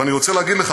אני חושב שהגזמנו.